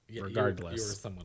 regardless